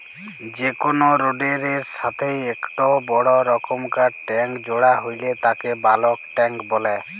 যে কোনো রোডের এর সাথেই একটো বড় রকমকার ট্যাংক জোড়া হইলে তাকে বালক ট্যাঁক বলে